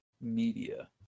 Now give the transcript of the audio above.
media